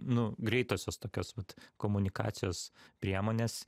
nu greitosios tokios vat komunikacijos priemonės